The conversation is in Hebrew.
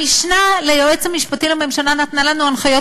המשנה ליועץ המשפטי לממשלה נתנה לנו הנחיות